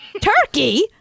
Turkey